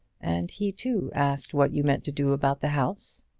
and he, too, asked what you meant to do about the house.